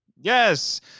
yes